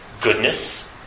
goodness